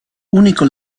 unico